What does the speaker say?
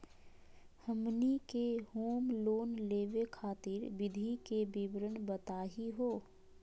हमनी के home loan लेवे खातीर विधि के विवरण बताही हो?